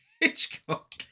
Hitchcock